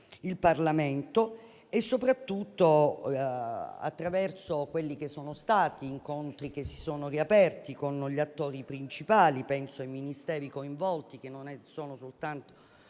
il Parlamento, soprattutto attraverso gli incontri che si sono riaperti con gli attori principali. Penso ai Ministeri coinvolti, che non sono soltanto